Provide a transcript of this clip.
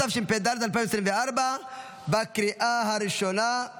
התשפ"ד 2024. הצבעה.